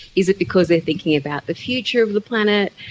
is it because they are thinking about the future of the planet?